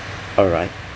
alright